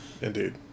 Indeed